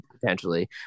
potentially